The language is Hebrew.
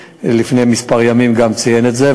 שלפני כמה ימים גם ציין את זה,